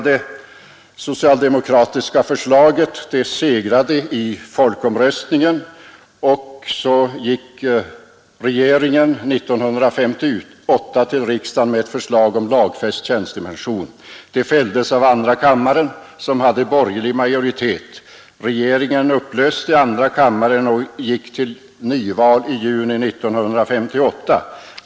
Det socialdemokratiska förslaget segrade i folkomröstningen och så gick regeringen 1958 till riksdagen med ett förslag om lagfäst tjänstepension. Det fälldes av andra kammaren som hade borgerlig majoritet. Regeringen upplöste andra kammaren, och vi gick till nyval i juni 1958.